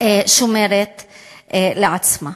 שומרת אותו לעצמה.